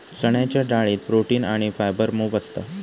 चण्याच्या डाळीत प्रोटीन आणी फायबर मोप असता